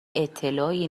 اطلاعی